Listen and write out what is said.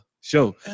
show